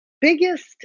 biggest